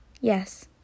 Yes